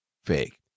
fake